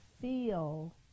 feel